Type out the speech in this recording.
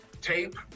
tape